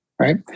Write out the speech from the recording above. Right